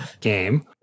game